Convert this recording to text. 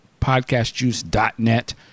podcastjuice.net